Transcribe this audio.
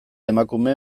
emakume